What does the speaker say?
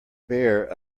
bare